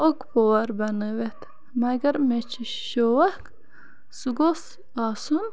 اُکہ پوٚہَر بَنٲیِتھ مگر مےٚ چھُ شوق سُہ گوٚژھ آسُن